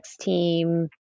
team